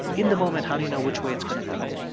in the moment, how do you know which way it's going to go?